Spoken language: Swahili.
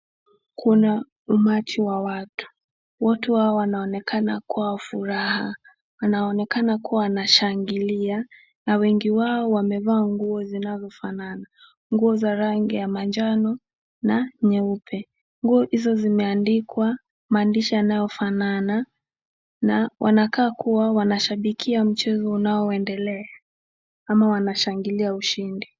Kuna umati wa watu. Watu hao wanaonekana kuwa wa furaha. Wanaonekana kuwa wanashangilia na wengi wao wamevaa nguo zinazofanana. Nguo za rangi ya manjano na nyeupe. Nguo hizo zimeandikwa maandishi yanayofanana na wanakaa kuwa wanashabikia mchezo unaoendelea ama wanashangilia ushindi.